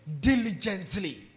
diligently